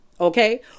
okay